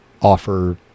offer